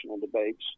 debates